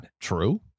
True